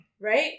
Right